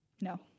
No